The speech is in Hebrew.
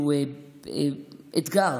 אתגר.